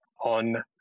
on